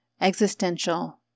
Existential